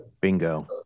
Bingo